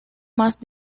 más